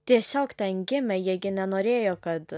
tiesiog ten gimė jie gi nenorėjo kad